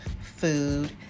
food